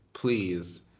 Please